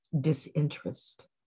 disinterest